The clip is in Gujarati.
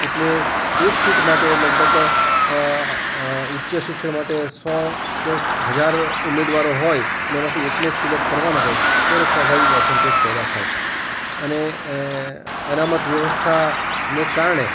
એટલે એક સીટ માટે લગભગ ઉચ્ચ શિક્ષણ માટે સો કે હજાર ઉમેદવારો હોય અને એમાંથી એકને જ સિલેક કરવાનો હોય ત્યારે સ્વાભાવિક અસંતોષ પેદા થાય અને અનામત વ્યવસ્થા ને કારણે